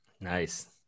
Nice